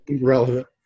Relevant